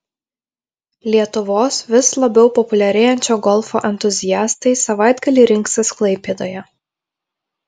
lietuvos vis labiau populiarėjančio golfo entuziastai savaitgalį rinksis klaipėdoje